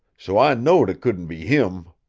so i knowed it couldn't be him.